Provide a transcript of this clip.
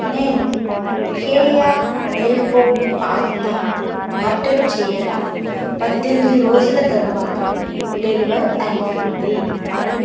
నేను కేయా elbow pasta order చేయగా పద్దెనిమిది రోజుల తరువాత డెలివర్ అయ్యింది